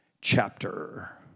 chapter